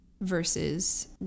versus